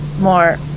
more